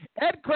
Ed